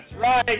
right